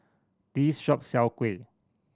this shop sell kuih